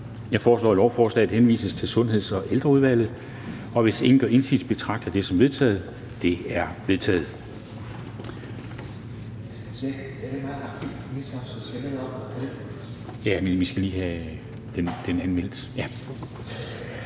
Jeg foreslår, at lovforslaget henvises til Sundheds- og Ældreudvalget. Hvis ingen gør indsigelse, betragter jeg det som vedtaget. Det er vedtaget.